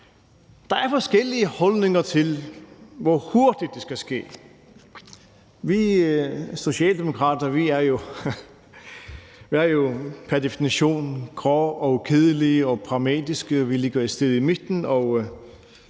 Der er forskellige holdninger til, hvor hurtigt det skal ske. Vi socialdemokrater er jo pr. definition grå, kedelige og pragmatiske, og vi ligger et sted i midten,